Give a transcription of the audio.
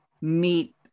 meet